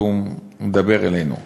והוא מדבר אלינו,